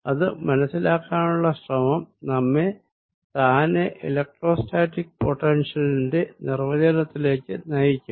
ഇത് മനസ്സിലാക്കാനുള്ള ശ്രമം നമ്മെ താനെ എലെക്ട്രോസ്റ്റാറ്റിക് പൊട്ടെൻഷ്യലിന്റെ നിർവചനത്തിലേക്ക് നയിക്കും